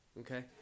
okay